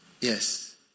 Yes